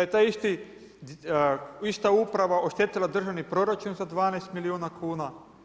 je ta ista uprava oštetila državni proračun za 12 milijuna kuna?